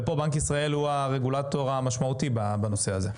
ופה בנק ישראל הוא הרגולטור המשמעותי בנושא הזה.